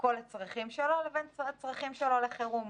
כל הצרכים שלו, לבין צרכים שלו לחירום.